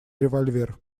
револьвер